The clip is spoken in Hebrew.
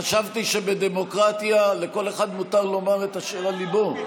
חשבתי שבדמוקרטיה לכל אחד מותר לומר את אשר על ליבו.